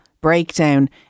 breakdown